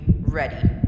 ready